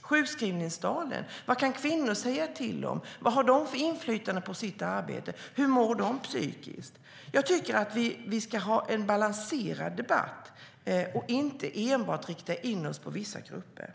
sjukskrivningstalen? Vad kan kvinnor säga till om, och vad har de för inflytande på sitt arbete? Hur mår de psykiskt? Jag tycker att vi ska ha en balanserad debatt och inte enbart rikta in oss på vissa grupper.